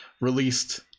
released